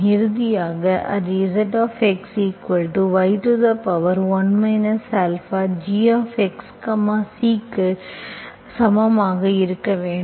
இறுதியாக அது Zx y1 αgxC க்கு சமமாக இருக்க வேண்டும்